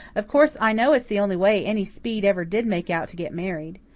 of course, i know it's the only way any speed ever did make out to get married.